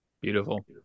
Beautiful